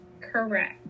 correct